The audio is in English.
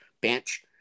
bench